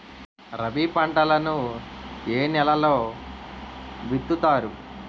రబీ పంటలను ఏ నెలలో విత్తుతారు?